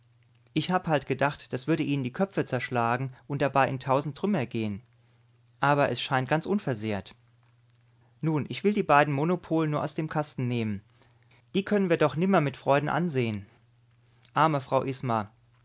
ich hab halt gedacht das würde ihnen die köpfe zerschlagen und dabei in tausend trümmer gehen aber es scheint ganz unversehrt nun ich will die beiden monopol nur aus dem kasten nehmen die können wir doch nimmer mit freude ansehn arme frau